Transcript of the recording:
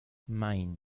maine